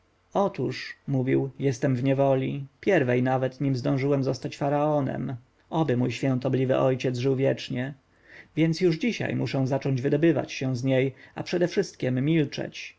otóż mówił jestem w niewoli pierwej nawet nim zdążyłem zostać faraonem oby mój świątobliwy ojciec żył wiecznie więc już dzisiaj muszę zacząć wydobywać się z niej a przedewszystkiem milczeć